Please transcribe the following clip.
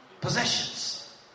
possessions